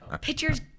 pictures